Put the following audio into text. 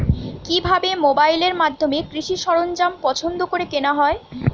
কিভাবে মোবাইলের মাধ্যমে কৃষি সরঞ্জাম পছন্দ করে কেনা হয়?